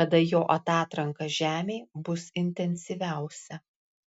kada jo atatranka žemei bus intensyviausia